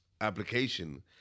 application